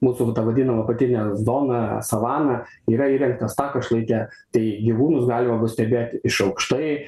mūsų ta vadinama apatinė zona savana yra įrengtas takas šlaite tai gyvūnus galima bus stebėt iš aukštai